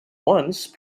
once